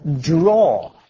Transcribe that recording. draw